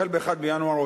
החל ב-1 בינואר,